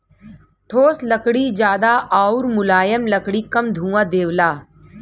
ठोस लकड़ी जादा आउर मुलायम लकड़ी कम धुंआ देवला